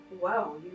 wow